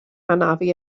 hanafu